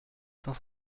cinq